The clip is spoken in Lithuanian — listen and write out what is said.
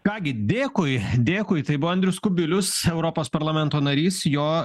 ką gi dėkui dėkui tai buvo andrius kubilius europos parlamento narys jo